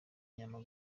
inyama